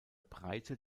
breite